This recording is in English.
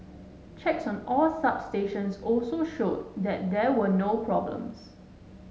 checks on all substations also showed that there were no problems